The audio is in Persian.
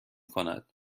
کند